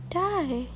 die